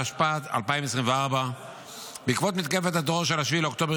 התשפ"ה 2024. בעקבות מתקפת הטרור של 7 באוקטובר